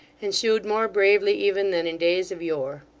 and showed more bravely even than in days of yore.